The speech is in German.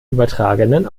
übertragenen